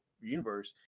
universe